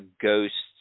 ghosts